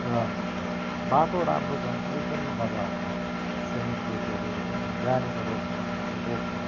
र बाटो राम्रो छ भने त एकदमै मज्जा आउँछ सिनिक ब्युटीहरू हेर्दै अनि जहाँनिर रोक्नु मनलाग्यो रोक्यो